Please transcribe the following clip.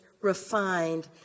refined